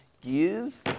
Gears